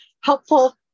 helpful